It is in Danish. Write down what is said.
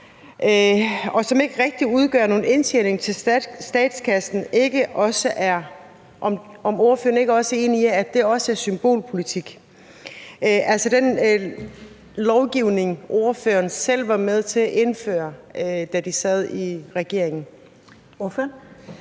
og som ikke rigtig udgør nogen indtjening til statskassen, også er symbolpolitik, altså den lovgivning, ordføreren selv var med til at indføre, da man sad i regering.